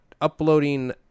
uploading